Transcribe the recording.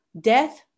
Death